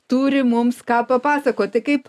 turi mums ką papasakot tai kaip